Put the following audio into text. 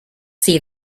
see